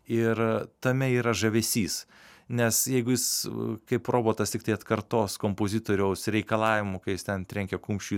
ir tame yra žavesys nes jeigu jis kaip robotas tiktai atkartos kompozitoriaus reikalavimų kaip jis ten trenkia kumščiu į